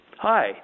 Hi